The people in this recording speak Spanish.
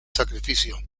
sacrificio